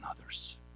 others